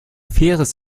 faires